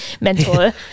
mentor